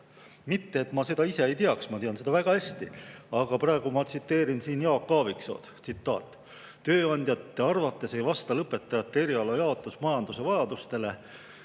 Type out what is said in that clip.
Mitte et ma seda ise ei teaks, ma tean seda väga hästi, aga praegu ma tsiteerin siin Jaak Aaviksood. Tsitaat: "Tööandjate arvates ei vasta lõpetajate erialajaotus majanduse vajadustele